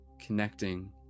connecting